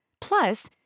Plus